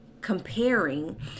comparing